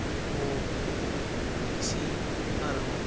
ᱠᱚ ᱵᱮᱥᱤᱭᱟᱠᱟᱱ ᱨᱮᱦᱚᱸ